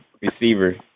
receiver